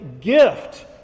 gift